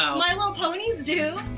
um my little ponies do.